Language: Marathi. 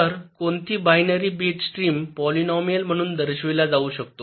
तर कोणताही बायनरी बिट स्ट्रीम पॉलिनोमियाल म्हणून दर्शविला जाऊ शकतो